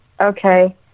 Okay